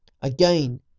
Again